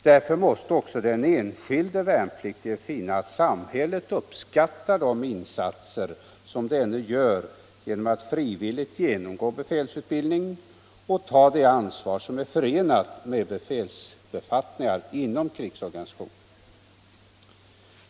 Därför måste också den enskilde värnpliktige finna att samhället uppskattar de insatser som han gör genom att frivilligt genomgå befälsutbildning och ta det ansvar som är förenat med befälsbefattningar inom krigsorganisationen.